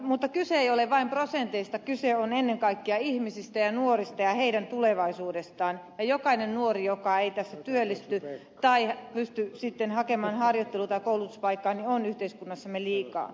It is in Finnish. mutta kyse ei ole vain prosenteista kyse on ennen kaikkea ihmisistä ja nuorista ja heidän tulevaisuudestaan ja jokainen nuori joka ei tässä työllisty tai pysty hakemaan harjoittelu tai koulutuspaikkaa on yhteiskunnassamme liikaa